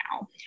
now